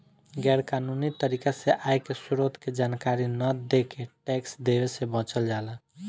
गैर कानूनी तरीका से आय के स्रोत के जानकारी न देके टैक्स देवे से बचल जाला